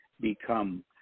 become